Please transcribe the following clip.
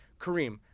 Kareem